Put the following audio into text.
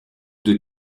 deux